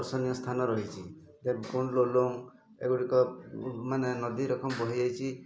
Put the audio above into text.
ଦର୍ଶନୀୟ ସ୍ଥାନ ରହିଛି ଦେବକୁଣ୍ଡ ଏଗୁଡ଼ିକ ମାନେ ନଦୀରେ ବହିଯାଇଛି